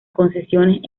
concesiones